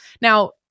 Now